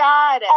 God